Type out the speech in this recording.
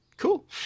Cool